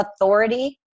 authority